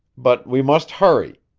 but we must hurry.